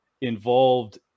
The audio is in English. involved